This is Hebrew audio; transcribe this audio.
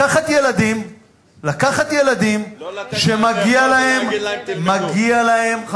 לקחת ילדים שמגיע להם,